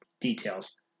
details